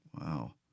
Wow